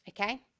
okay